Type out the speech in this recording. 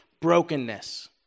brokenness